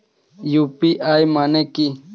UPI মানে কি?